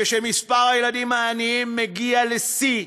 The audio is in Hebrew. כשמספר הילדים העניים מגיע לשיא,